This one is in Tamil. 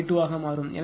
052 ஆக மாறும்